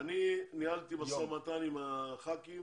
אני ניהלתי משא ומתן עם חברי הכנסת